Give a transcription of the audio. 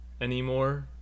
anymore